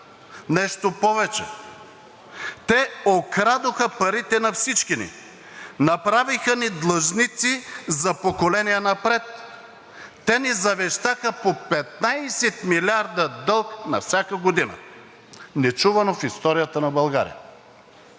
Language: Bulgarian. Нещо повече – те окрадоха парите на всички ни, направиха ни длъжници за поколения напред, те ни завещаха по 15 милиарда дълг на всяка година – нечувано в историята на България.